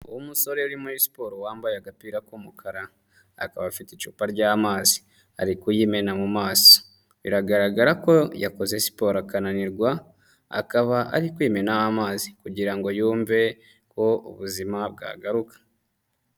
Umusore uri muri siporo wambaye agapira k'umukara akaba afite icupa ry'amazi ari kuyimena mu maso, biragaragara ko yakoze siporo akananirwa akaba ari kwimenaho amazi kugira ngo yumve ko ubuzima bwagaruka.